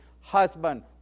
husband